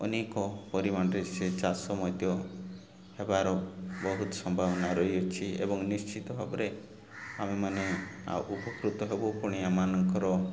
ଅନେକ ପରିମାଣରେ ସେ ଚାଷ ମଧ୍ୟ ହେବାର ବହୁତ ସମ୍ଭାବନା ରହିଅଛି ଏବଂ ନିଶ୍ଚିତ ଭାବରେ ଆମେମାନେ ଆ ଉପକୃତ ହେବୁ ପୁଣି ଏମାନଙ୍କର